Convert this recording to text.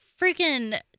freaking